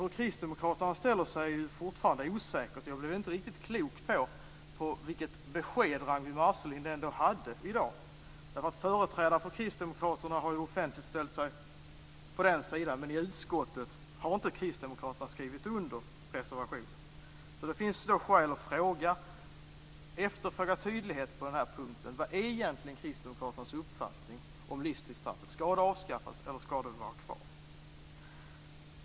Hur Kristdemokraterna ställer sig är fortfarande osäkert. Jag blev inte riktigt klok på vilket besked Ragnwi Marcelind hade i dag. Företrädare för Kristdemokraterna har ju offentligt ställt sig på den sidan, men i utskottet har inte Kristdemokraterna skrivit under reservationen. Det finns alltså skäl att efterfråga tydlighet på den här punkten. Vad är egentligen Kristdemokraternas uppfattning om livstidsstraffet? Skall det avskaffas, eller skall det vara kvar?